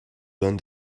learn